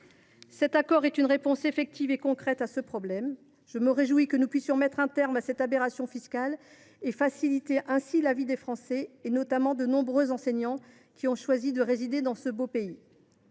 conclu est une réponse effective et concrète à ce problème. Je me réjouis que nous puissions mettre un terme à cette aberration fiscale et faciliter ainsi la vie des Français, parmi lesquels de nombreux enseignants, qui ont choisi de résider dans ce beau pays.